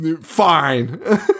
fine